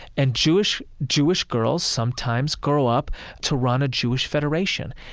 and jewish jewish girls sometimes grow up to run a jewish federation.